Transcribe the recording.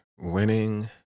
winning